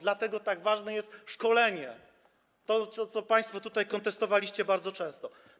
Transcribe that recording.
Dlatego tak ważne jest szkolenie, to, co państwo tutaj kontestowaliście bardzo często.